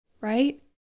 right